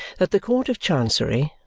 that the court of chancery,